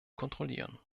kontrollieren